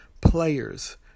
players